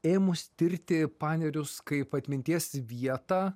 ėmus tirti panerius kaip atminties vietą